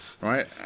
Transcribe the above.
right